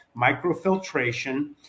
microfiltration